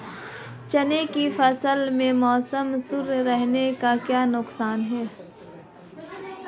चने की फसल में मौसम शुष्क रहने से क्या नुकसान है?